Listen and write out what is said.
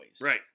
Right